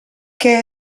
què